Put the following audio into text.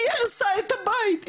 היא הרסה את הבית.